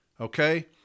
Okay